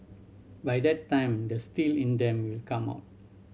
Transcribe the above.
by that time the steel in them will come out